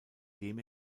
dem